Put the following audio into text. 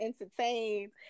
entertained